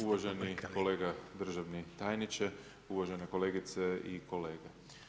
Uvaženi kolega državni tajniče, uvažene kolegice i kolege.